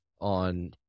on